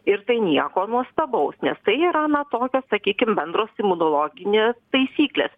ir tai nieko nuostabaus nes tai yra na tokios sakykim bendros imunologinės taisyklės